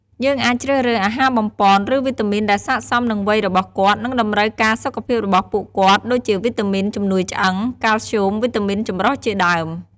យើងអាចជ្រើសរើស អាហារបំប៉ន ឬវីតាមីនដែលស័ក្តិសមនឹងវ័យរបស់គាត់ និងតម្រូវការសុខភាពរបស់ពួកគាត់ ដូចជាវីតាមីនជំនួយឆ្អឹង (កាល់ស្យូម) វីតាមីនចម្រុះជាដើម។